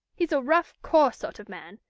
he's a rough, coarse sort of man,